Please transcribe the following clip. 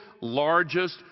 largest